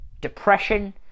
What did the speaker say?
...depression